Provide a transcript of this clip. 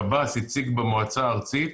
שב"ס הציג במועצה הארצית